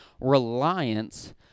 reliance